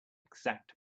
exact